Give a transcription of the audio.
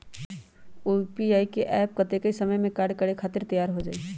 UPI app कतेइक समय मे कार्य करे खातीर तैयार हो जाई?